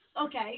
okay